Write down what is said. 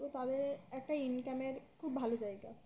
তো তাদের একটা ইনকামের খুব ভালো জায়গা